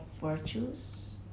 virtues